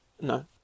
No